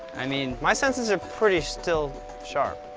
i mean my senses are pretty still sharp.